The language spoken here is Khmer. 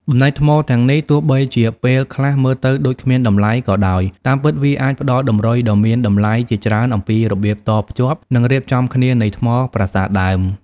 បំណែកថ្មទាំងនេះ ទោះបីជាពេលខ្លះមើលទៅដូចគ្មានតម្លៃក៏ដោយ តាមពិតវាអាចផ្ដល់តម្រុយដ៏មានតម្លៃជាច្រើនអំពីរបៀបតភ្ជាប់ និងរៀបចំគ្នានៃថ្មប្រាសាទដើម។